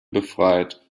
befreit